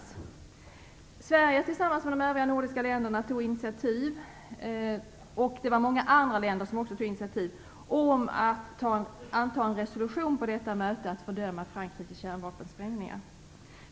Sverige tog tillsammans med de övriga nordiska länderna initiativ - och det var många andra länder som också tog initiativ - till att anta en resolution på detta möte om att fördöma Frankrikes kärnvapensprängningar.